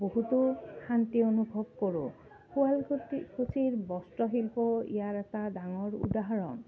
বহুতো শান্তি অনুভৱ কৰোঁ শুৱালকুচিৰ বস্ত্ৰশিল্প ইয়াৰ এটা ডাঙৰ উদাহৰণ